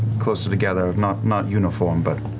closer together, not not uniform, but